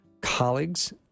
colleagues